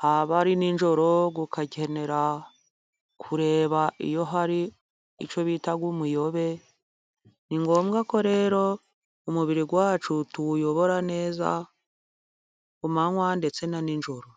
haba ari nijoro ugakenera kureba iyo hari icyo bita umuyobe. Ni ngombwa ko rero umubiri wacu tuwuyobora neza ku manywa, ndetse na nijoro.